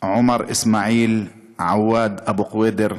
עומר אסמעיל עוואד אבו קוידר,